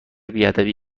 بیادبی